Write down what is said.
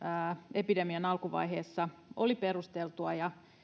epidemian alkuvaiheessa oli perusteltua ja